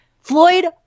Floyd